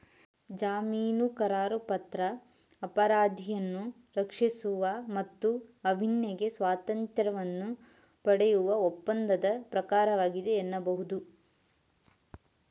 ಜಾಮೀನುಕರಾರುಪತ್ರ ಅಪರಾಧಿಯನ್ನ ರಕ್ಷಿಸುವ ಮತ್ತು ಅವ್ನಿಗೆ ಸ್ವಾತಂತ್ರ್ಯವನ್ನ ಪಡೆಯುವ ಒಪ್ಪಂದದ ಪ್ರಕಾರವಾಗಿದೆ ಎನ್ನಬಹುದು